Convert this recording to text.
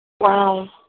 Wow